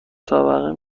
طبقه